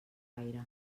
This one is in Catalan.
gaire